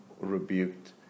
rebuked